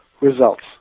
results